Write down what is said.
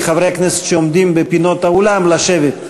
מחברי הכנסת שעומדים בפינות האולם לשבת,